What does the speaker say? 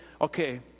okay